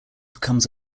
becomes